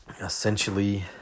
essentially